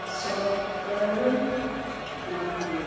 सत्तर नब्बे